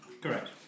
Correct